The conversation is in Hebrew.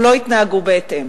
אבל לא התנהגו בהתאם.